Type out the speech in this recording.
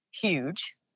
huge